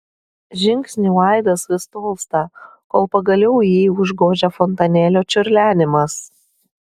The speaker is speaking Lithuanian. žingsnių aidas vis tolsta kol pagaliau jį užgožia fontanėlio čiurlenimas